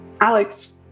Alex